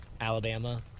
Alabama